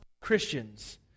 Christians